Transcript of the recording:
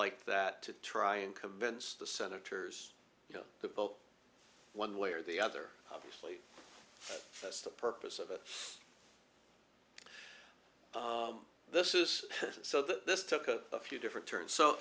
like that to try and convince the senators you know the boat one way or the other obviously that's the purpose of it this is so this took a few different turn so